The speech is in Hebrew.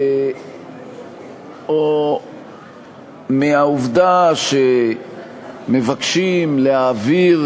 או מהעובדה שמבקשים להעביר